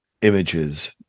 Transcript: images